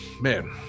man